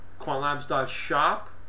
Quantlabs.shop